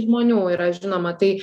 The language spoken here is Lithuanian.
žmonių yra žinoma tai